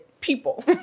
people